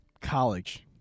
college